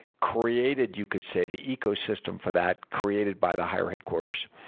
created, you could say, the ecosystem for that created by the higher headquarters.